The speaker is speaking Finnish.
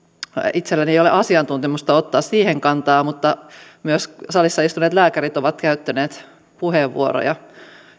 itselläni ei ole asiantuntemusta ottaa siihen kantaa mutta myös salissa istuneet lääkärit ovat käyttäneet puheenvuoroja